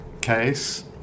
case